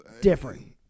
different